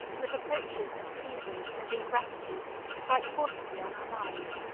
the reproaches of treason and ingratitude strike forcibly on our minds,